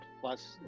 Plus